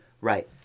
right